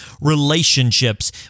relationships